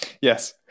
yes